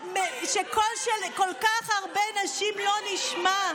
שקול של כל כך הרבה נשים לא נשמע.